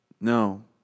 no